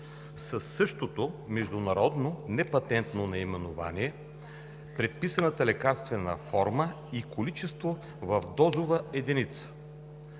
със същото международно непатентно наименование, предписаната лекарствена форма и количеството дозова единица.